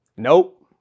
Nope